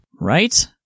Right